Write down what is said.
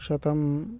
शतं